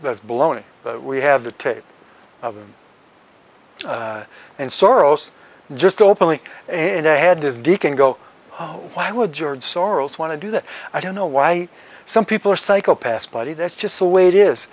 that's baloney that we have the tape of them and soros just openly and i had this deacon go oh why would george soros want to do that i don't know why some people are psychopaths bloody that's just the way it is